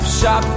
shop